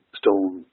stone